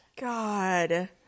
God